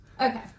okay